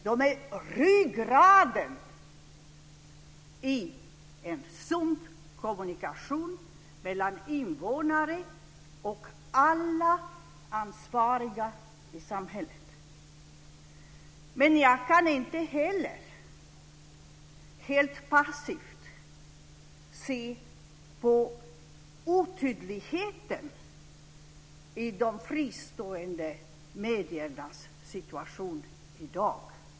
De är ryggraden i en sund kommunikation mellan invånare och alla ansvariga i samhället. Men jag kan inte heller helt passivt se på otydligheten i de fristående mediernas situation i dag.